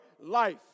life